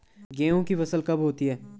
गेहूँ की फसल कब होती है?